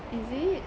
is it